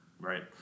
right